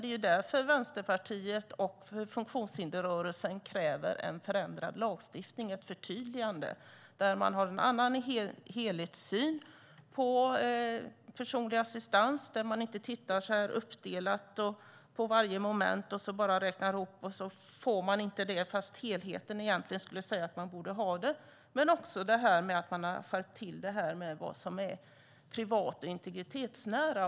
Det är därför Vänsterpartiet och funktionshindersrörelsen kräver en förändrad lagstiftning och ett förtydligande där man har en annan helhetssyn på personlig assistans och inte tittar uppdelat på varje moment och räknar ihop så att personen inte får assistans fastän helheten säger att den borde ha det. Man har också skärpt vad som är privat och integritetsnära.